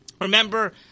remember